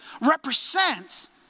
represents